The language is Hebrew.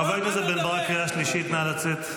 חבר הכנסת בן ברק, קריאה שלישית, נא לצאת.